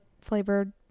flavored